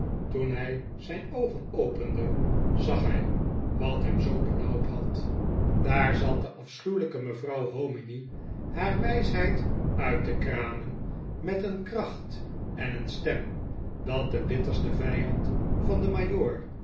toen hij zijn oogen opende zag hij wat hem zoo benauwd had daar zat de afschuwelijke maarten chuzzlewit mevrouw hominy haar wijsheid uit te kramen met een kracht en een stem dat de bitterste vijand van den